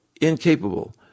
incapable